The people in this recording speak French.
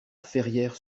ferrières